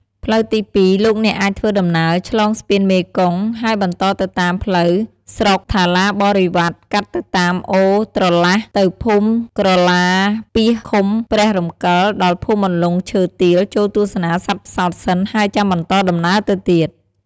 ផ្លូវទី២ លោកអ្នកអាចធ្វើដំណើរឆ្លងស្ពានមេគង្គហើយបន្តទៅតាមផ្លូវស្រុកថាឡាបរិវ៉ាត់កាត់ទៅតាមអូរត្រឡះ ទៅភូមិក្រឡាពាសឃុំព្រះរំកិលដល់ភូមិអន្លង់ឈើទាលចូលទស្សនាសត្វផ្សោតសិនហើយចាំបន្តដំណើរទៅទៀត។